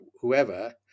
whoever